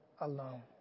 alone